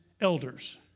elders